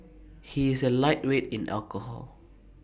he is A lightweight in alcohol